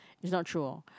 is not true hor